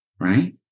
right